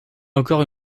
encore